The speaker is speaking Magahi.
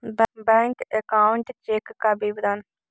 बैक अकाउंट चेक का विवरण?